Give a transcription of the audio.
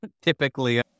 typically